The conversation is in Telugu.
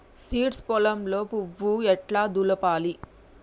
సీడ్స్ పొలంలో పువ్వు ఎట్లా దులపాలి?